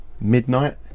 midnight